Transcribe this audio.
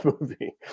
movie